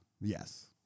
Yes